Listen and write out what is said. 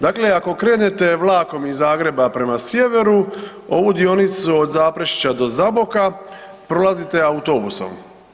Dakle, ako krenete vlakom iz Zagreba prema sjeveru ovu dionicu od Zaprešića do Zaboka prolazite autobusom.